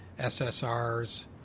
SSRs